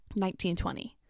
1920